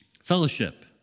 fellowship